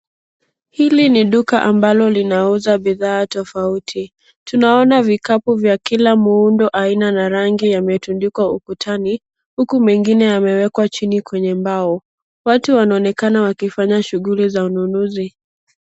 Hili ni duka ambalo linauza bidhaa tofauti. Tunaona vikapu vya kila muundo, aina na rangi yametundikwa ukutani, huku mengine yamewekwa chini kwenye mbao. Watu wanaonekana wakifanya shughuli za ununuzi.